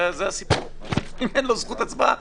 אם אין לו זכות הצבעה,